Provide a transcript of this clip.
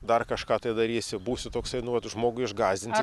dar kažką tai darysi būsi toksai nu vat žmogų išgąsdinsi